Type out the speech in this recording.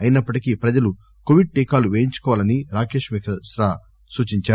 అయినప్పటికీ ప్రజలు కోవిడ్ టీకాలు పేయించుకోవాలని రాకేశ్ మిశ్రా సూచించారు